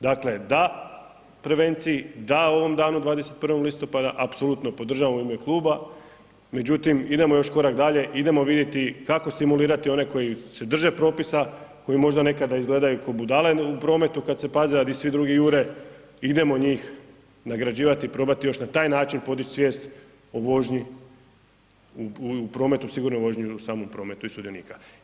Dakle, da prevenciji, da ovom danu 21. listopada, apsolutno podržavamo u ime kluba, međutim, idemo još korak dalje, idemo vidjeti kako stimulirati one koji se drže propisa koji možda nekada izgledaju kao budale u prometu kad se paze, a di svi drugi jure, idemo njih nagrađivati i probati još na taj način podići svijest u vožnji u prometu u sigurnoj vožnji i samom prometu i sudionika.